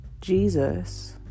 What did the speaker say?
Jesus